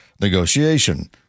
negotiation